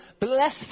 bless